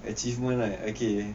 achievement right okay